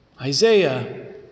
Isaiah